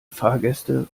fahrgäste